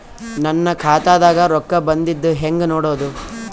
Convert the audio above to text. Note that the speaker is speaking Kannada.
ನನ್ನ ಖಾತಾದಾಗ ರೊಕ್ಕ ಬಂದಿದ್ದ ಹೆಂಗ್ ನೋಡದು?